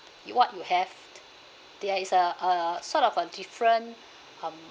you what you have their is a a sort of a different um